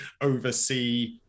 oversee